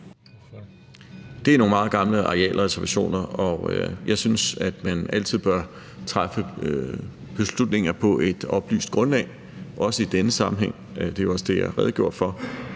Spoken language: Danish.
Det er nogle meget gamle arealreservationer, og jeg synes altid, man bør træffe beslutninger på et oplyst grundlag, også i denne sammenhæng. Det var jo også det, jeg redegjorde for.